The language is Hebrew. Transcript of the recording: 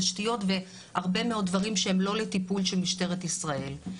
תשתיות והרבה מאוד דברים שהם לא לטיפול של משטרת ישראל.